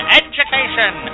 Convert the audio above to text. education